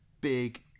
Big